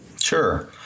Sure